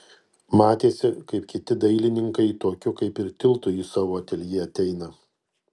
matėsi kaip kiti dailininkai tokiu kaip ir tiltu į savo ateljė eina